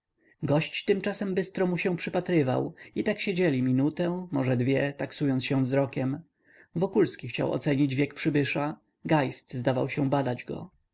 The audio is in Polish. gość tymczasem bystro mu się przypatrywał i tak siedzieli minutę może dwie taksując się nawzajem wokulski chciał ocenić wiek przybysza geist zdawał się badać go